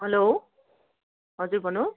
hello हजुर भन्नुहोस